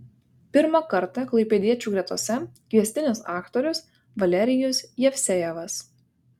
pirmą kartą klaipėdiečių gretose kviestinis aktorius valerijus jevsejevas